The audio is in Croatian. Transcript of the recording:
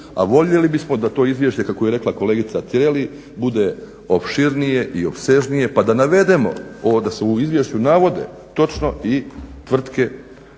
a voljeli bismo da to izliječite kako je rekla kolegica Tireli bude opširnije i opsežnije pa da navedimo ovo da se u izvješću navode točno i tvrtke